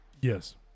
Yes